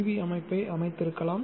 we அமைப்பை அமைத்திருக்கலாம்